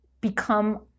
become